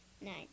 nine